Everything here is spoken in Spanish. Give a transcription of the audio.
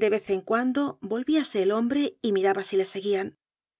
de vez en cuando volvíase el hombre y miraba si le seguían